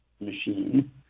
machine